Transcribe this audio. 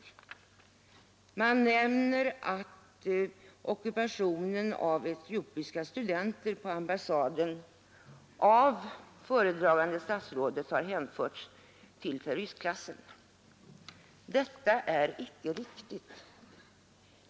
I motionen nämns att etiopiska studenters ockupation av en ambassad av föredragande statsrådet har klassificerats som terroristhandling. Detta är icke riktigt.